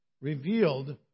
revealed